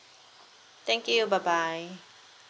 thank you bye bye